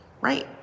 right